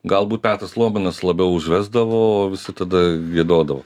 galbūt petras luomanas labiau užvesdavo o visi tada giedodavo